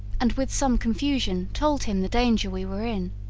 and, with some confusion, told him the danger we were in,